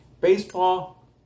Baseball